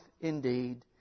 indeed